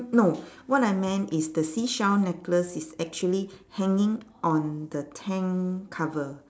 no what I meant is the seashell necklace is actually hanging on the tent cover